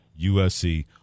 USC